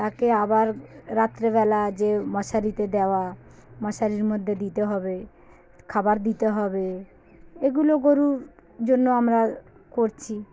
তাকে আবার রাত্রেবেলা যে মশারিতে দেওয়া মশারির মধ্যে দিতে হবে খাবার দিতে হবে এগুলো গরুর জন্য আমরা করছি